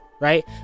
right